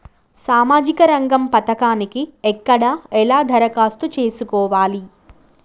సామాజిక రంగం పథకానికి ఎక్కడ ఎలా దరఖాస్తు చేసుకోవాలి?